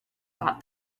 thought